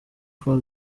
for